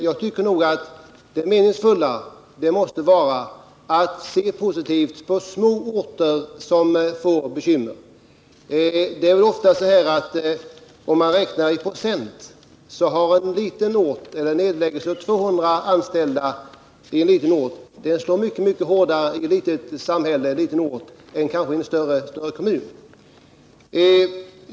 Jag tycker nog att det meningsfulla måste vara att se positivt på små orter som får bekymmer. Det är ofta så att om man räknar i procent så slår en nedläggning som berör 200 anställda mycket hårdare i en liten ort än i en större kommun.